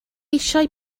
eisiau